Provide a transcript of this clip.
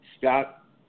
Scott